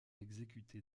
exécuté